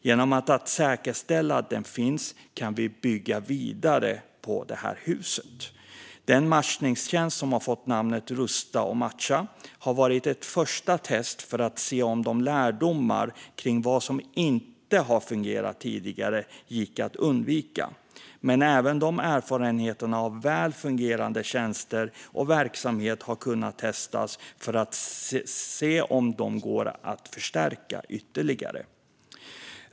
Genom att säkerställa att den finns kan vi bygga vidare på huset. Den matchningstjänst som fått namnet Rusta och matcha har varit ett första test för att få lärdom om hur det som tidigare inte fungerat går att undvika. Men även där det finns erfarenhet av väl fungerande tjänster och verksamheter har dessa kunnat testas för att se om de går att förstärka ytterligare.